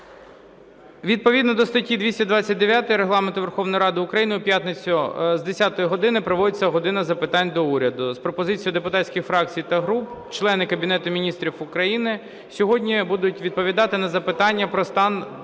Відповідно до статті 229 Регламенту Верховної Ради України у п'ятницю з 10 години проводиться "година запитань до Уряду". За пропозицією депутатських фракцій та груп члени Кабінету Міністрів України сьогодні будуть відповідати на запитання про стан